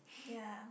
ya